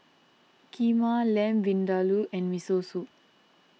Kheema Lamb Vindaloo and Miso Soup